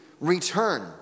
return